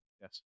Yes